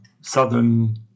southern